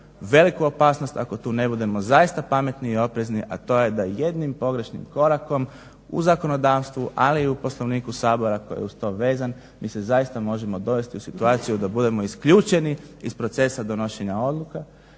veliku opasnost ako tu ne budemo zaista pametni i oprezni, a to je da jednim pogrešnim korakom u zakonodavstvu, ali i u Poslovniku Sabora koji je uz to vezan mi se zaista možemo dovesti u situaciju da budemo isključeni iz procesa donošenja odluka